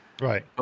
Right